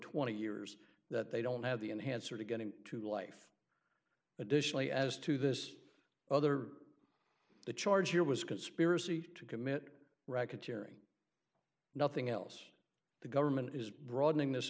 twenty years that they don't have the enhancer to get him to life additionally as to this other the charge here was conspiracy to commit racketeering nothing else the government is broadening this